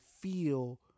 feel